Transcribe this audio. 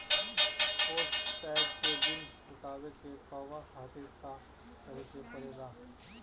Postpaid के bill चुकावे के कहवा खातिर का करे के पड़ें ला?